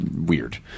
weird